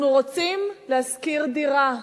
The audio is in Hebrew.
אנחנו רוצים לשכור דירה,